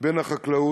בין המים לחקלאות